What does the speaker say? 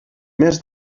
més